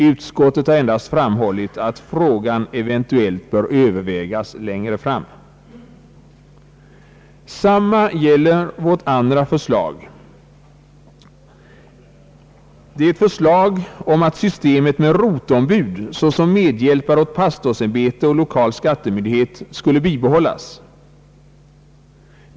Utskottet har endast framhållit att frågan eventuellt bör övervägas längre fram. Samma sak gäller vårt andra förslag, som innebär att systemet med roteombud såsom medhjälpare åt pastorsämbete och lokal skattemyndighet borde bibehållas.